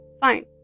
fine